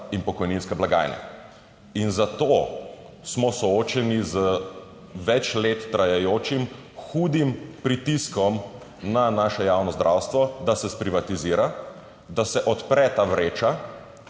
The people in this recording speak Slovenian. in pokojninske blagajne. In zato smo soočeni z več let trajajočim hudim pritiskom na naše javno zdravstvo, da se sprivatizira, da se odpre ta vreča